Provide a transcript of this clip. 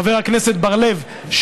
חבר הכנסת בר-לב,